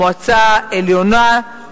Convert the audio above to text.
מועצה עליונה,